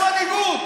כן, אפס מנהיגות.